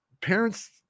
parents